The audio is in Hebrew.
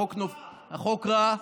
זה חוק רע,